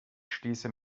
schließe